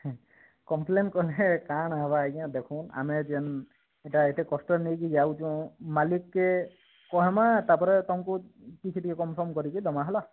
complaint କଲେ କାଣ ହେବ ଆଜ୍ଞା ଦେଖନ୍ ଆମେ ଯେନ୍ ଏହିଟା ଏତେ କଷ୍ଟରେ ନେଇକେ ଯାଉଁଛୁ ମାଲିକ୍ କେ କହମା ତାପରେ ତମକୁ କିଛି ଟିକେ କରିକି କନ୍ଫର୍ମ୍ କରିକି ଦମା ହେଲା